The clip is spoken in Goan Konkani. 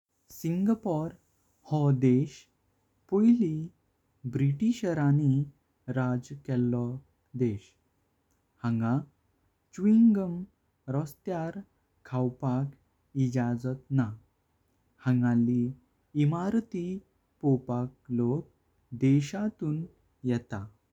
सिंगापोर हो देश पहली ब्रिटिशराणी राज केलो। देश हांगा च्यु गम रस्त्यार खावपाक इजाज़त। ना हांगली इमारती पोवपाक लोग देशातून येता।